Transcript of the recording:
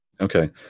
Okay